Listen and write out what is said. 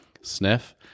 sniff